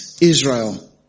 Israel